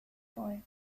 boy